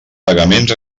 pagaments